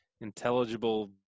intelligible